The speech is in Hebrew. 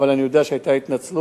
אבל אני יודע שהיתה התנצלות,